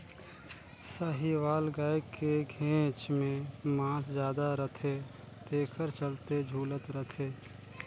साहीवाल गाय के घेंच में मांस जादा रथे तेखर चलते झूलत रथे